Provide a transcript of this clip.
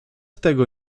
tego